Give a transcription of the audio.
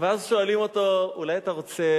ואז שואלים אותו: אולי אתה רוצה